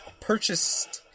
purchased